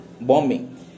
bombing